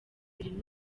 irimo